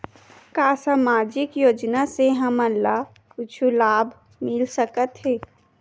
का सामाजिक योजना से हमन ला कुछु लाभ मिल सकत हे?